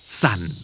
sun